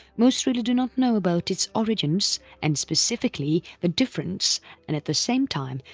most really do not know about its origins and specifically, the difference and at the same time,